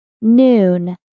Noon